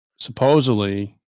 supposedly